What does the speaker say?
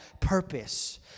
purpose